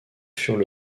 furent